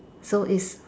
so is